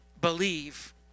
believe